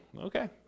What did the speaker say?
Okay